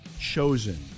Chosen